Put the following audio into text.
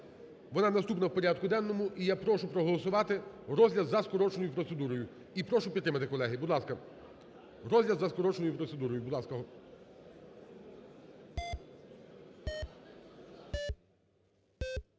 Вона наступна в порядку денному, і я прошу проголосувати розгляд за скороченою процедурою і прошу підтримати, колеги, будь ласка. Розгляд за скороченою процедурою, будь ласка.